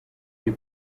ari